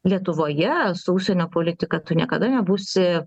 lietuvoje su užsienio politika tu niekada nebūsi